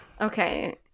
Okay